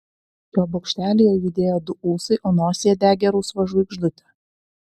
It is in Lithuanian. jo bokštelyje judėjo du ūsai o nosyje degė rausva žvaigždutė